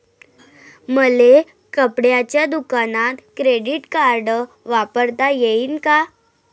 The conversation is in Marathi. मले कपड्याच्या दुकानात क्रेडिट कार्ड वापरता येईन का?